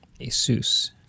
ASUS